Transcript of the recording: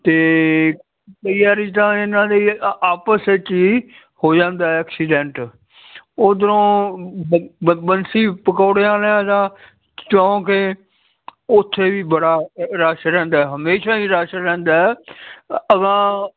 ਅਤੇ ਕਈ ਵਾਰੀ ਤਾਂ ਇਹਨਾਂ ਦੇ ਆਪਸ ਵਿੱਚ ਹੀ ਹੋ ਜਾਂਦਾ ਐਕਸੀਡੈਂਟ ਉੱਧਰੋਂ ਬੰਸੀ ਪਕੌੜਿਆਂ ਵਾਲਿਆਂ ਦਾ ਚੌਂਕ ਏ ਉੱਥੇ ਵੀ ਬੜਾ ਰਸ਼ ਰਹਿੰਦਾ ਹਮੇਸ਼ਾ ਹੀ ਰਸ਼ ਰਹਿੰਦਾ ਹੈ ਅਗਾਂਹ